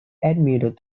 admitted